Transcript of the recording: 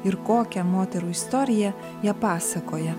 ir kokią moterų istoriją jie pasakoja